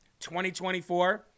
2024